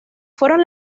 fueron